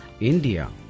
India